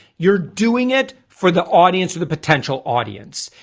you're doing it for the audience or the potential audience?